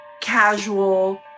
casual